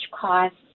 cost